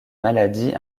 maladies